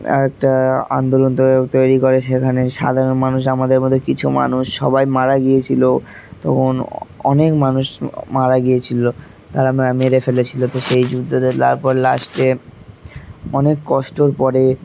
একটা আন্দোলন তৈরি করে সেখানে সাধারণ মানুষ আমাদের মধ্যে কিছু মানুষ সবাই মারা গিয়েছিলো তখন অনেক মানুষ মারা গিয়েছিলো তারা মেরে ফেলেছিলো তো সেই যুদ্ধতে তারপর লাস্টে অনেক কষ্টর পরে